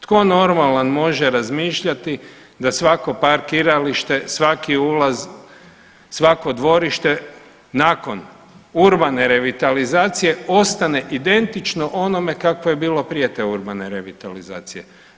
Tko normalan može razmišljati da svako parkiralište, svaki ulaz, svako dvorište nakon urbane revitalizacije ostane identično onome kakvo je bilo prije te urbane revitalizacije.